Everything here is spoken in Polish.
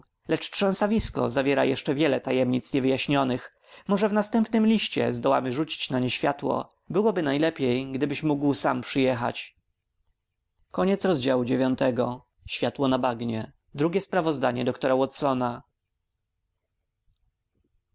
trzęsawisko zawiera jeszcze wiele tajemnic niewyjaśnionych może w następnym liście zdołam rzucić na nie światło byłoby najlepiej gdybyś mógł sam przyjechać x wyjątek z dziennika doktora watsona